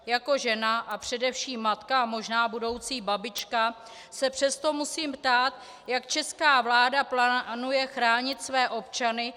Jako žena a především matka a možná budoucí babička se přesto musím ptát, jak česká vláda plánuje chránit své občany.